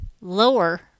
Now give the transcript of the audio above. lower